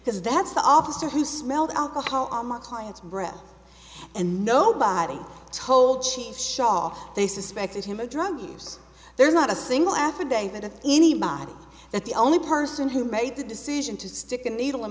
because that's the officer who smelled alcohol on my clients breath and nobody told chief shah they suspected him of drug use there's not a single affidavit of any model that the only person who made the decision to stick a needle in